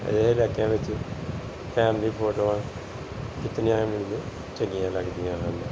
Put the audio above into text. ਅਜਿਹੇ ਇਲਾਕਿਆਂ ਵਿੱਚ ਫੈਮਿਲੀ ਫੋਟੋਆਂ ਖਿੱਚਣੀਆਂ ਵੀ ਮੈਨੂੰ ਚੰਗੀਆਂ ਲੱਗਦੀਆਂ ਹਨ